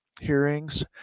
Hearings